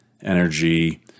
energy